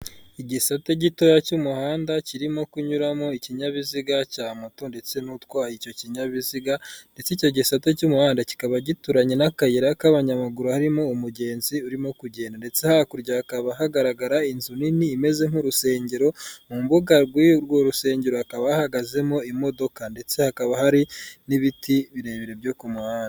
Igisate gitoya cy'umuhanda kirimo kunyuramo ikinyabiziga cya moto ndetse n'utwaye icyo kinyabiziga ndetse icyo gisate cy'umuhanda kikaba gituranye n'akayira k'abanyamaguru harimo umugenzi urimo kugenda ndetse hakurya hakaba hagaragara inzu nini imeze nk'urusengero, mu mbuga rw'urwo rusengero hakaba hahagazemo imodoka ndetse hakaba hari n'ibiti birebire byo ku muhanda.